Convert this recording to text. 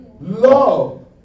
Love